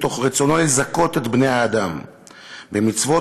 מתוך רצונו לזכות את בני-האדם במצוות